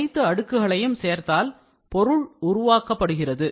அனைத்து அடுக்குகளையும் சேர்த்தால் பொருள் உருவாக்கப்படுகிறது